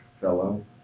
fellow